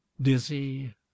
dizzy